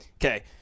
Okay